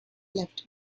left